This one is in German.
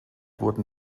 wurden